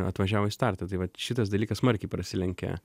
atvažiavo į startą tai vat šitas dalykas smarkiai prasilenkė